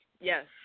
yes